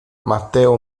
matteo